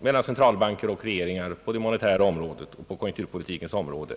mellan centralbanker och regeringar på det monetära området och på konjunkturpolitikens område.